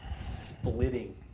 splitting